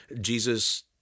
Jesus